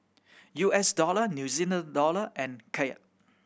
U S Dollar New Zealand Dollar and Kyat